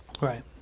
Right